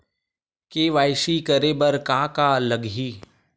KYC करे बर का का लगही?